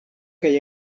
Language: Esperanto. kaj